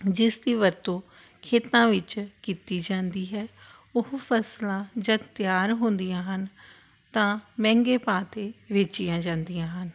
ਜਿਸ ਦੀ ਵਰਤੋਂ ਖੇਤਾਂ ਵਿੱਚ ਕੀਤੀ ਜਾਂਦੀ ਹੈ ਉਹ ਫਸਲਾਂ ਜਦ ਤਿਆਰ ਹੁੰਦੀਆਂ ਹਨ ਤਾਂ ਮਹਿੰਗੇ ਭਾਅ 'ਤੇ ਵੇਚੀਆਂ ਜਾਂਦੀਆਂ ਹਨ